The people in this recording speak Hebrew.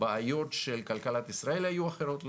הבעיות של כלכלת ישראל היו אחרות לגמרי.